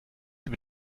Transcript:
über